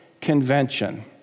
convention